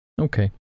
okay